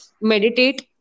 meditate